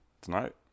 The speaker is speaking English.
Tonight